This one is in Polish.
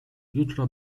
jutro